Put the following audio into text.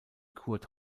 kurt